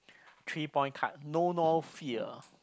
three points card no more fear